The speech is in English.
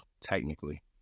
Technically